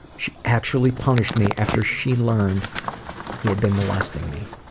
she actually punished me after she learned he had been molesting me.